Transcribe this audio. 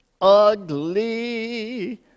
Ugly